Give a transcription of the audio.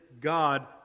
God